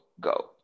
go